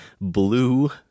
blue